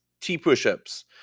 T-push-ups